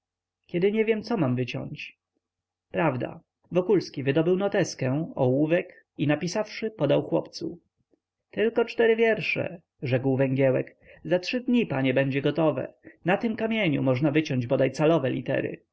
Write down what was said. kiedy nie wiem co mam wyciąć prawda wokulski wydobył noteskę ołówek i napisawszy podał chłopcu tylko cztery wiersze rzekł węgiełek za trzy dni panie będzie gotowe na tym kamieniu można wyciąć bodaj calowe litery